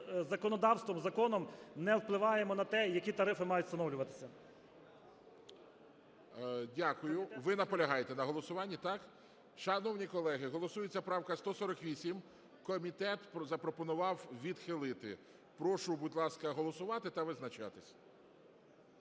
законодавством, законом не впливаємо на те, які тарифи мають встановлюватися. ГОЛОВУЮЧИЙ. Дякую. Ви наполягаєте на голосуванні, так? Шановні колеги, голосується правка 148. Комітет запропонував відхилити. Прошу, будь ласка, голосувати та визначатись.